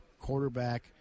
quarterback